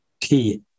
key